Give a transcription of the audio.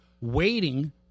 waiting